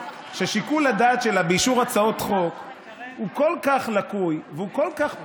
ששיקול הדעת שלה באישור הצעות חוק הוא כל כך לקוי וכל כך פגום,